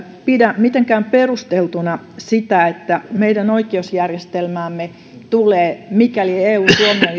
pidä mitenkään perusteltuna sitä että meidän oikeusjärjestelmäämme tulee mikäli eun